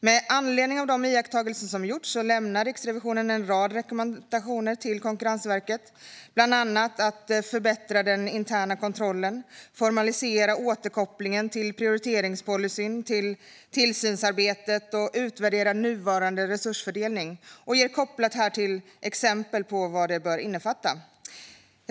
Med anledning av de iakttagelser som gjorts lämnar Riksrevisionen en rad rekommendationer till Konkurrensverket, bland annat att förbättra den interna kontrollen, formalisera återkopplingen från tillsynsarbetet till prioriteringspolicyn och utvärdera nuvarande resursfördelning. Kopplat härtill ges exempel på vad detta bör innefatta.